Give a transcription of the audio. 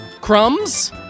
crumbs